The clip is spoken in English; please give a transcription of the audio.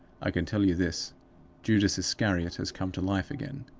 i can tell you this judas iscariot has come to life again.